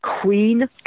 Queen